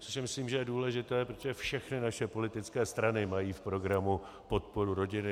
Což je myslím důležité, protože všechny naše politické strany mají v programu podporu rodiny.